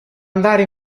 andare